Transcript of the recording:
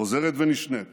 חוזרת ונשנית